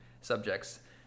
subjects